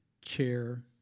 chair